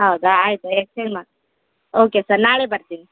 ಹೌದಾ ಆಯ್ತು ಎಕ್ಸ್ಚೇಂಜ್ ಮಾ ಓಕೆ ಸರ್ ನಾಳೆ ಬರ್ತಿನಿ